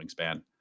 wingspan